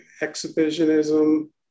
exhibitionism